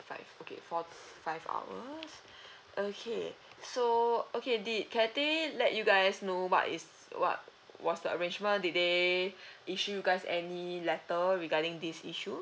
five okay four to five hours okay so okay did Cathay let you guys know what is what was the arrangement did they issue you guys any letter regarding this issue